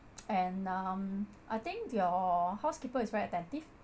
and um I think your housekeeper is very attentive